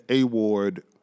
award